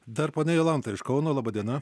dar ponia jolanta iš kauno laba diena